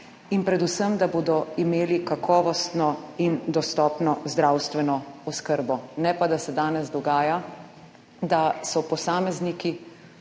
in predvsem, da bodo imeli kakovostno in dostopno zdravstveno oskrbo. Ne pa, da se danes dogaja, da so posamezniki